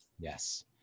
Yes